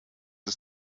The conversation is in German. ist